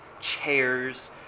chairs